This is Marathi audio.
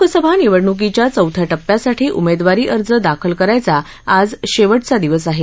लोकसभा निवडणुकीच्या चौथ्या टप्प्यासाठी उमेदवारी अर्ज दाखल करायचा आज शेवटचा दिवस आहे